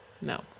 No